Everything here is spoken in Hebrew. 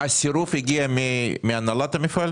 הסירוב הגיע מהנהלת המפעל?